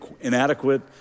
inadequate